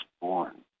born